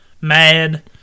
mad